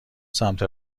سمت